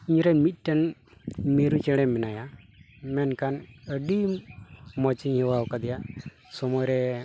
ᱤᱧ ᱨᱮᱱ ᱢᱤᱫᱴᱮᱱ ᱢᱤᱨᱩ ᱪᱮᱬᱮ ᱢᱮᱱᱟᱭᱟ ᱢᱮᱱᱠᱷᱟᱱ ᱟᱹᱰᱤ ᱢᱚᱪ ᱤᱧ ᱦᱮᱣᱟ ᱟᱠᱟᱫᱮᱭᱟ ᱥᱳᱢᱚᱭ ᱨᱮ